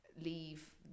leave